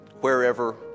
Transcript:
wherever